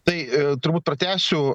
tai turbūt pratęsiu